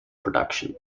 production